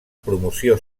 promoció